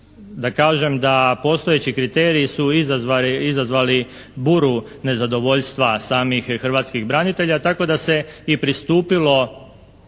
Da kažem da postojeći kriteriji su izazvali buru nezadovoljstva samih hrvatskih branitelja tako da se i pristupilo,